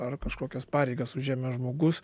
ar kažkokias pareigas užėmęs žmogus